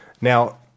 Now